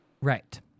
Right